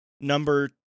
number